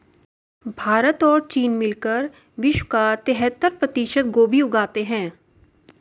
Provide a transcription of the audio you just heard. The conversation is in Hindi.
भारत और चीन मिलकर विश्व का तिहत्तर प्रतिशत गोभी उगाते हैं